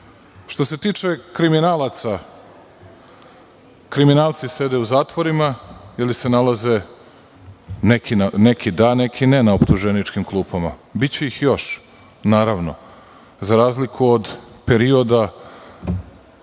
se tiče kriminalaca, kriminalci sede u zatvorima ili se nalaze neki da neki ne na optuženičkim klupama. Biće ih još. Naravno. Za razliku od perioda